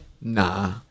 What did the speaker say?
Nah